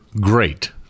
great